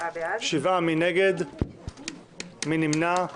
הצבעה בעד 7 נגד - אין נמנעים